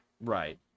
Right